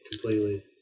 completely